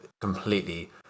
completely